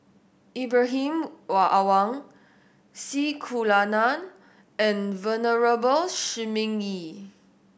Ibrahim Awang C Kunalan and Venerable Shi Ming Yi